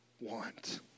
want